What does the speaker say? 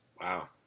Wow